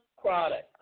Product